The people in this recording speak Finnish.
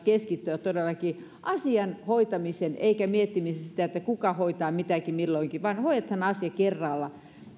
todellakin keskittyä asian hoitamiseen eivätkä sen miettimiseen kuka hoitaa mitä milloinkin hoidetaan asia kerralla